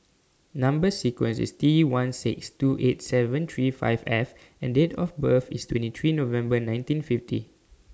Number sequence IS T one six two eight seven three five F and Date of birth IS twenty three November nineteen fifty